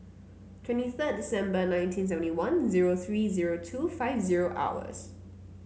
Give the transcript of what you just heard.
twenty third December nineteen seventy one zero three zero two five zero hours